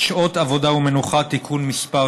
שעות עבודה ומנוחה (תיקון מס'